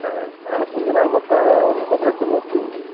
ஆ அதனால் கொஞ்சம் நாள் மட்டும் அதை கொஞ்சம் செப்பரேட் பண்ணியே வச்சுக்கங்க